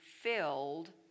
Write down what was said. filled